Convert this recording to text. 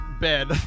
bed